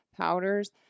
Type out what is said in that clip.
powders